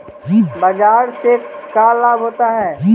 बाजार से का लाभ होता है?